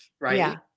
right